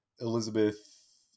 Elizabeth